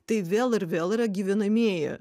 tai vėl ir vėl yra gyvenamieji